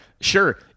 Sure